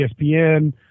ESPN